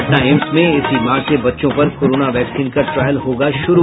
पटना एम्स में इसी माह से बच्चों पर कोरोना वैक्सीन का ट्रायल होगा शुरू